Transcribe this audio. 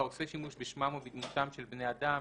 (4)עושה שימוש בשמם או בדמותם של בני אדם,